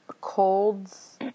colds